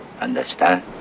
Understand